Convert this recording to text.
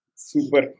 Super